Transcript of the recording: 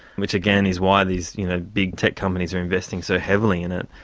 which again is why these you know big tech companies are investing so heavily in it.